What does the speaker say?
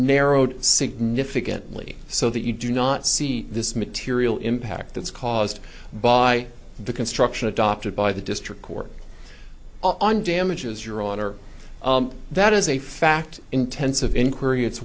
narrowed significantly so that you do not see this material impact that is caused by the construction adopted by the district court and damages your honor that as a fact intensive inquiry it's